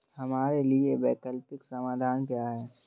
हमारे लिए वैकल्पिक समाधान क्या है?